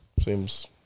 seems